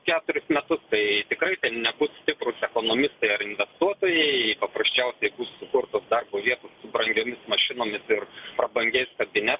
ketverius metus tai tikrai nebus stiprūs ekonomistai ar investuotojai paprasčiausiai sukurtos darbo vietos brangiomis mašinomis ir prabangiais kabine